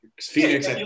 Phoenix